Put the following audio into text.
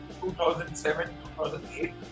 2007-2008